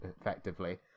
effectively